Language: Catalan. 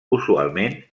usualment